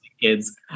kids